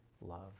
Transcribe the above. love